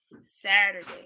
Saturday